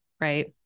Right